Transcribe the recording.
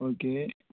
okay